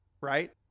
right